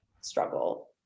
struggle